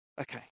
Okay